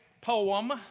poem